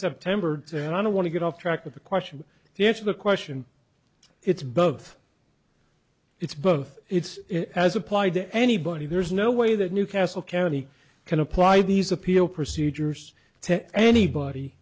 september and i don't want to get off track with the question the answer the question it's both it's both it's as applied to anybody there's no way that newcastle county can apply these appeal procedures to anybody